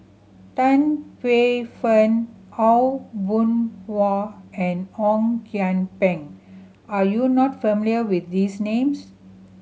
Tan Paey Fern Aw Boon Haw and Ong Kian Peng are you not familiar with these names